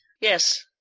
Yes